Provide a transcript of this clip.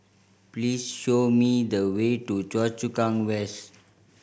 please show me the way to Choa Chu Kang West